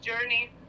journey